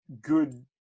good